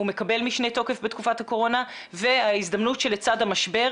הוא מקבל משנה תוקף בתקופת הקורונה וההזדמנות שלצד המשבר,